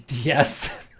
yes